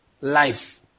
Life